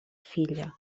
filla